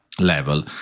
level